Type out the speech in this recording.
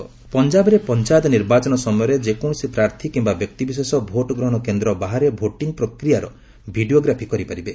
Punjab poll ପଞ୍ଜାବରେ ପଞ୍ଜାୟତ ନିର୍ବାଚନ ସମୟରେ ଯେକୌଣସି ପ୍ରାର୍ଥୀ କିମ୍ବା ବ୍ୟକ୍ତି ବିଶେଷ ଭୋଟ୍ ଗ୍ରହଣ କେନ୍ଦ୍ର ବାହାରେ ଭୋଟିଂ ପ୍ରକ୍ରିୟାର ଭିଡ଼ିଓଗ୍ରାଫି କରିପାରିବେ